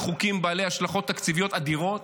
חוקים בעלי השלכות תקציביות אדירות,